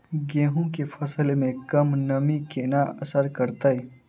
गेंहूँ केँ फसल मे कम नमी केना असर करतै?